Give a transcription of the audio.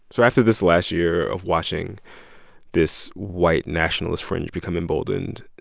so after this last year of watching this white nationalist fringe become emboldened,